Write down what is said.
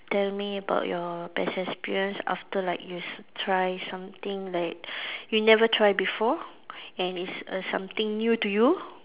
tell me about your best experience after like you try something like you never try before and it's a something new to you